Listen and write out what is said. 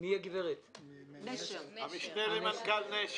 אני המשנה למנכ"ל נשר.